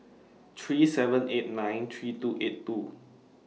three seven eight nine three two eight two